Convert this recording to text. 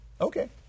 Okay